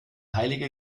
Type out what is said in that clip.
heilige